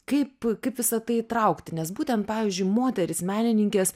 kaip kaip visa tai įtraukti nes būtent pavyzdžiui moterys menininkės